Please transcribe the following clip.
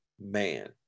man